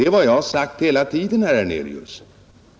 Det har jag sagt hela tiden, herr Hernelius.